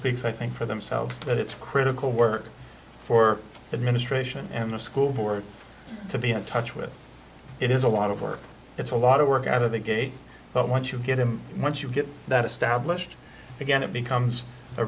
speaks i think for themselves that it's critical work for administration and the school board to be in touch with it is a lot of work it's a lot of work out of the gate but once you get him once you get that established again it becomes a